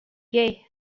gay